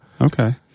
Okay